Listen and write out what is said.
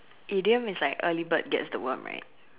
idiom is like early bird gets the worm right